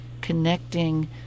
connecting